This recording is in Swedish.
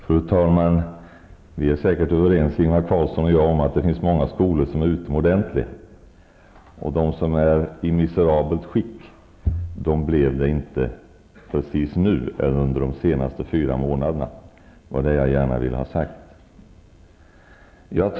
Fru talman! Ingvar Carlsson och jag är säkert överens om att det finns många skolor som är utomordentliga. De som är i miserabelt skick blev det inte precis nu eller under de senaste fyra månaderna. Det var det som jag gärna ville ha sagt.